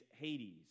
Hades